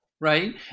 Right